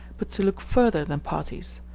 but to look further than parties,